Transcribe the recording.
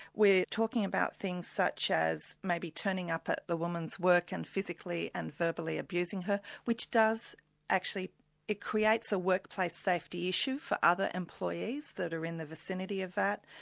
we're talking about things such as maybe turning up at the woman's work and physically and verbally abusing her, which does actually it creates a workplace safety issue for other employees that are in the vicinity of that.